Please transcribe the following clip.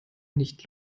nicht